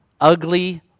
ugly